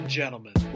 gentlemen